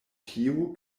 tio